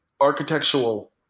architectural